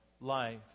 life